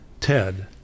Ted